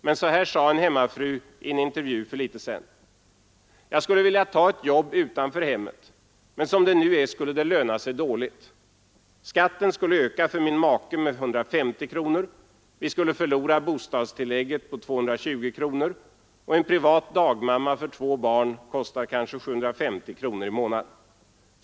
Men så här sade en hemmafru i en intervju för litet sedan: ”Jag skulle vilja ta ett jobb utanför hemmet. Men som det nu är skulle det löna sig dåligt. Skatten skulle öka för min make med 150 kronor, vi skulle förlora bostadstillägget på 220 kronor, och en privat dagmamma för två barn kostar kanske 750 kronor i månaden.